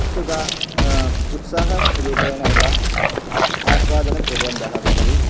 उत्सुका उत्साहरूपेण एव आस्वादनं कुर्वन्तः सन्ति